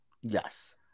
Yes